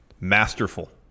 masterful